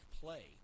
play